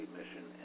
Mission